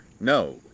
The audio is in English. No